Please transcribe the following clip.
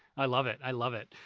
i love it, i love it.